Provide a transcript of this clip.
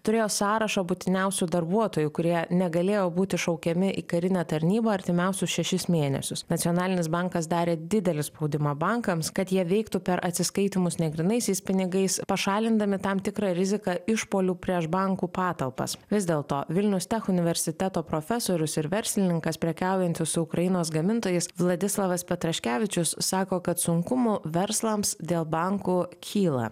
turėjo sąrašą būtiniausių darbuotojų kurie negalėjo būti šaukiami į karinę tarnybą artimiausius šešis mėnesius nacionalinis bankas darė didelį spaudimą bankams kad jie veiktų per atsiskaitymus negrynaisiais pinigais pašalindami tam tikrą riziką išpuolių prieš bankų patalpas vis dėlto vilnius tech universiteto profesorius ir verslininkas prekiaujantis su ukrainos gamintojais vladislavas petraškevičius sako kad sunkumų verslams dėl bankų kyla